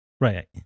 right